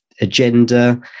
agenda